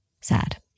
sad